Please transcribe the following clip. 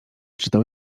czytał